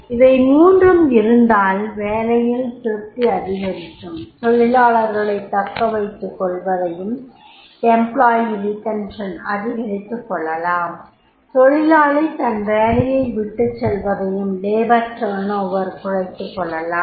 இவை மூன்றும் இருந்தால் வேலையில் திருப்தி அதிகரிக்கும் தொழிலாளரைத் தக்கவைத்துக்கொள்வதையும் அதிகரித்துகொள்ளலாம் தொழிலாளி தன் வேலையை விட்டுசெல்வதையும் குறைத்துக் கொள்ளலாம்